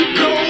go